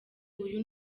uyu